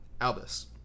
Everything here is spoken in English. Albus